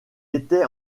était